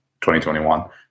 2021